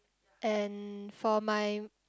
and for my